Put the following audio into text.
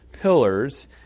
pillars